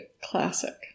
Classic